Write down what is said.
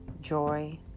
Joy